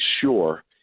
sure